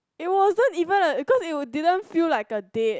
it wasn't even a cause it didn't feel like a date